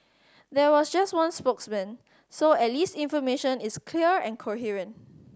there was just one spokesman so at least information is clear coherent